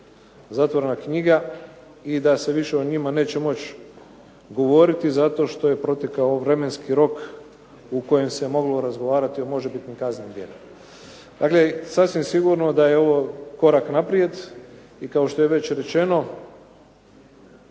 zatvorena knjiga i da se više o njima neće moći govoriti zato što je protekao vremenski rok u kojem se moglo razgovarati o možebitnim kaznenim djelima. Dakle, sasvim sigurno da je ovo korak naprijed i kao što je već rečeno